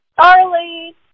Charlie